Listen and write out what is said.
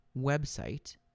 website